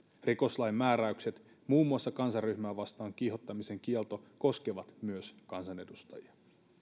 rikoslain määräykset muun muassa kansanryhmää vastaan kiihottamisen kielto koskevat myös kansanedustajia